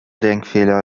denkfehler